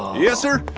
yessir.